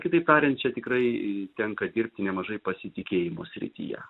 kitaip tariant čia tikrai tenka dirbti nemažai pasitikėjimo srityje